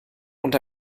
und